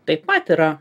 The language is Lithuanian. taip pat yra